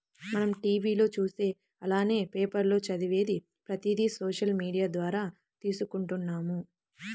మనం టీవీ లో చూసేది అలానే పేపర్ లో చదివేది ప్రతిది సోషల్ మీడియా ద్వారా తీసుకుంటున్నాము